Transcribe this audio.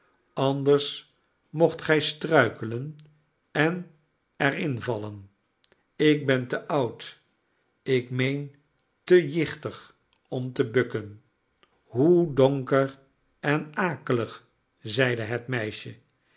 anders mocht gij struikelen en er in vallen ik ben te oud ik meen te jichtig om te bukken hoe donker en akelig zeide het meisje